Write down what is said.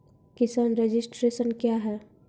किसान रजिस्ट्रेशन क्या हैं?